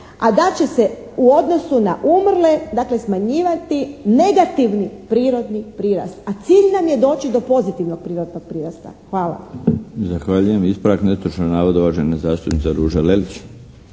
a da će se u odnosu na umrle, dakle smanjivati negativni prirodni prirast, a cilj nam je doći do pozitivnog prirodnog prirasta. Hvala.